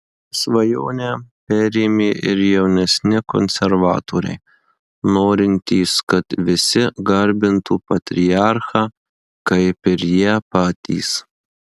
svajonę perėmė ir jaunesni konservatoriai norintys kad visi garbintų patriarchą kaip ir jie patys